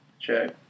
check